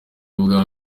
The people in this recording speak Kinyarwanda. ubwa